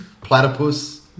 platypus